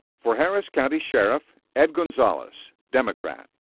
for harris county sheriff, ed gonzalez, democrat.